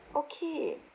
okay